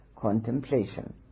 contemplation